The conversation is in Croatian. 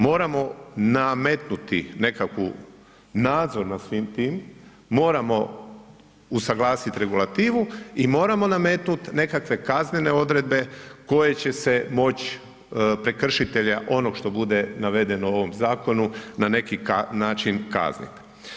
Moramo nametnuti nekakvu nadzor nad svim tim, moramo usaglasit regulativu i moramo nametnut nekakve kaznene odredbe koje će se moć, prekršitelja onog što bude navedeno u ovom zakonu na neki način kaznit.